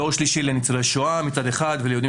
אני דור שלישית לניצולי שואה מצד אחד וליהודים